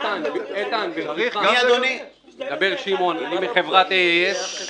מה עם חניות נכים בתוך תחנות המשטרה?